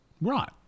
Right